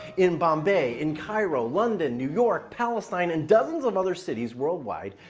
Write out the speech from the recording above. in bombay, in cairo, london, new york, palestine, and dozens of other cities worldwide,